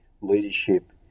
leadership